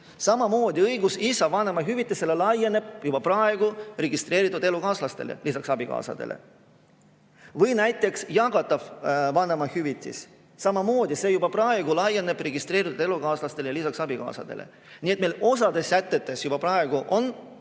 Samamoodi õigus isa vanemahüvitisele laieneb juba praegu ka registreeritud elukaaslastele. Või näiteks jagatav vanemahüvitis. Samamoodi, see juba praegu laieneb registreeritud elukaaslastele. Nii et meil osades sätetes juba praegu on